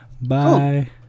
Bye